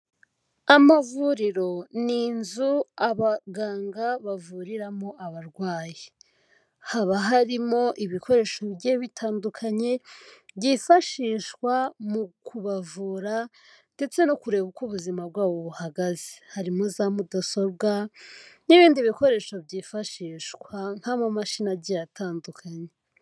Amavuriro, ni inzu abaganga bavuriramo abarwayi. Haba harimo ibikoresho bigiye bitandukanye, byifashishwa mu kubavura ndetse no kureba uko ubuzima bwabo buhagaze. Harimo za mudasobwa n'ibindi bikoresho byifashishwa nk'amamashini agiye atandukanye.